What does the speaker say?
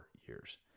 years